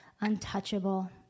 untouchable